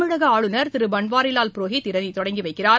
தமிழக ஆளுநர் திரு பன்வாரிலால் புரோஹித் இதனை தொடங்கி வைக்கிறார்